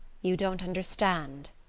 you don't understand,